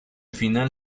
final